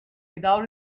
without